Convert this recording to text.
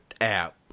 app